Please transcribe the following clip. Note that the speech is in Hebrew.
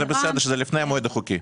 זה בסדר, זה לפני המועד החוקי.